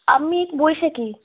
আমি বৈশাখী